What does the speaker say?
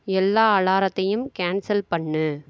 எல்லா அலாரத்தையும் கேன்சல் பண்ணு